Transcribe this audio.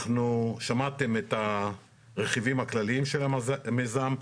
שמעתם את הרכיבים הכלכליים של המיזם,